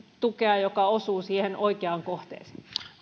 tukea joka osuu siihen oikeaan kohteeseen